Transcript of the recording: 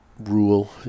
Rule